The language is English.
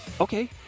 okay